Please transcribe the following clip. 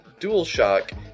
DualShock